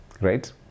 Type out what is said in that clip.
right